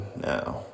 now